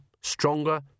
stronger